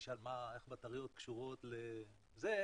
תשאל איך בטריות קשורות לזה,